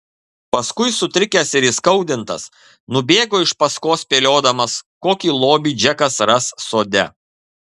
paskui sutrikęs ir įskaudintas nubėgo iš paskos spėliodamas kokį lobį džekas ras sode